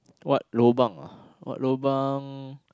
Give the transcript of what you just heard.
what lobang ah what lobang